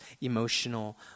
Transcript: emotional